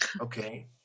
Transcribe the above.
Okay